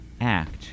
act